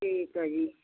ਠੀਕ ਹੈ ਜੀ